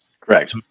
correct